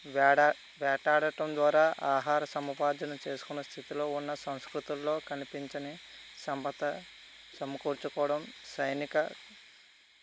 వేడ వేటాడటం ద్వారా ఆహార సముపార్జన చేసుకున్న స్థితిలో ఉన్న సంస్కృతులలో కనిపించని సమ్మత సమకూర్చుకోవడం సైనిక